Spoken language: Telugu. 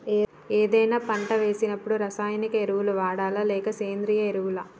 ఏదైనా పంట వేసినప్పుడు రసాయనిక ఎరువులు వాడాలా? లేక సేంద్రీయ ఎరవులా?